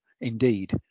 indeed